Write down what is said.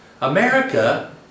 America